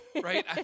Right